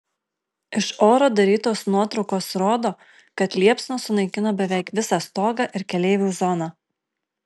iš oro darytos nuotraukos rodo kad liepsnos sunaikino beveik visą stogą ir keleivių zoną